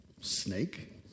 snake